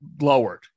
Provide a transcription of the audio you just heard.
lowered